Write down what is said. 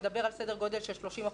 מדברים על סדר גודל של 30%,